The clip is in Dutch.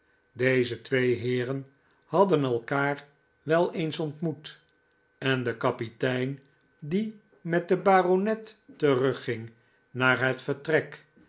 deze twee heeren hadden elkaar wel eens ontmoet en de kapitein die met den baronet terugging naar het vertrek